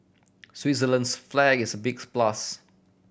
Switzerland's flag is a big plus